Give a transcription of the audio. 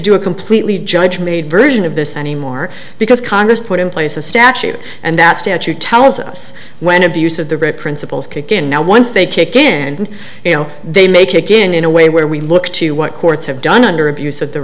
do a completely judge made version of this anymore because congress put in place a statute and that statute tells us when abuse of the great principles kick in now once they kick in and they make again in a way where we look to what courts have done under abus